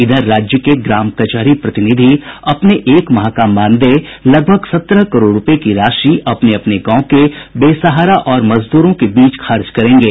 इधर राज्य के ग्राम कचहरी प्रतिनिधि अपने एक माह का मानदेय लगभग सत्रह करोड़ रूपये की राशि अपने अपने गांव के बेसहारा और मजदूरों के बीच खर्च करेंगे